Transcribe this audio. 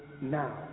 now